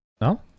No